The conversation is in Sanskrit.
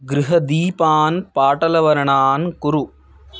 गृहदीपान् पाटलवर्णान् कुरु